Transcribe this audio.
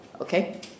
Okay